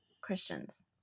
Christians